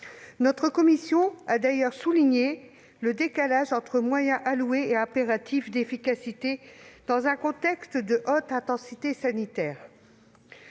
La commission a d'ailleurs souligné le décalage entre moyens alloués et impératifs d'efficacité, dans un contexte de haute intensité sanitaire.